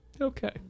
Okay